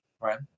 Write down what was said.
right